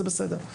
זה בסדר.